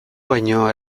baino